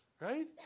right